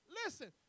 listen